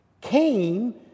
came